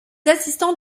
assistants